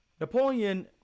napoleon